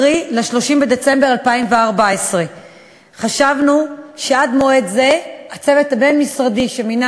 קרי עד 30 בדצמבר 2014. חשבנו שעד מועד זה הצוות הבין-משרדי שמינו